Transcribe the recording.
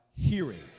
hearing